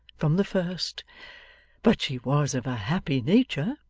from the first but she was of a happy nature